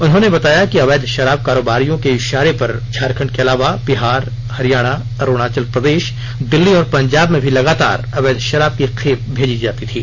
उन्होंने बताया कि अवैध शराब कारोबारियों के इशारे पर झारखंड के अलावा बिहार हरियाणा अरुणाचल प्रदेश दिल्ली और पंजाब में भी लगातार अवैध शराब की खेप मेजी जाती थी